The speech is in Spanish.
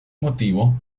motivo